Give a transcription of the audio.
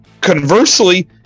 Conversely